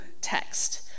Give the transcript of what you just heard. text